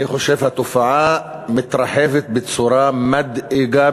אני חושב שהתופעה מתרחבת בצורה מדאיגה